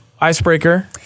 icebreaker